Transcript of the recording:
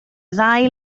ddau